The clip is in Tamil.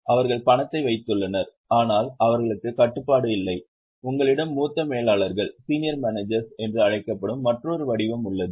அவர்கள் பணத்தை வைத்துள்ளனர் ஆனால் அவர்களுக்கு கட்டுப்பாடு இல்லை உங்களிடம் மூத்த மேலாளர்கள் என்று அழைக்கப்படும் மற்றொரு வடிவம் உள்ளது